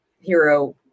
hero